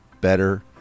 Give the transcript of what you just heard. better